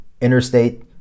interstate